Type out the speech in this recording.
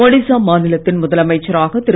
ஒடிசா மாநிலத்தின் முதலமைச்சராக திரு